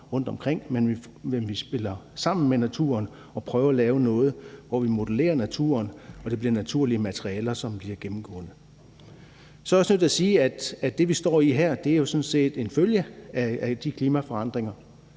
men at vi spiller sammen med naturen og prøver at lave noget, hvor vi modellerer naturen og det bliver naturlige materialer, som bliver gennemgående. Jeg er også nødt til at sige, at det, vi står i her, jo sådan set er en følge af de klimaforandringer,